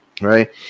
right